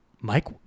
Mike